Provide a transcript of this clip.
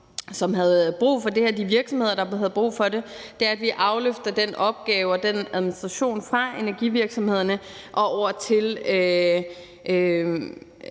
som havde brug for det, og de virksomheder, som havde brug for det – løfter den opgave og den administration væk fra dem og over til